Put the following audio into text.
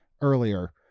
earlier